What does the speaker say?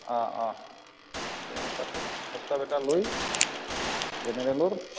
অঁ অঁ প্ৰস্তাপ এটা লৈ জেনেৰেলৰ